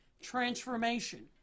transformation